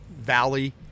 valley